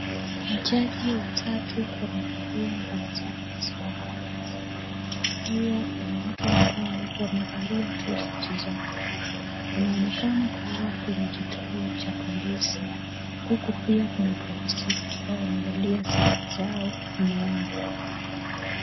Majaji watatu wamevalia nguo zao rasmi za kazi. Pia kuna watu ambao wamevalia tu suti zao. Wanaonekana kuwa kwenye kituo cha polisi huku pia kuna polisi ambao wamevalia sare zao nyuma yao.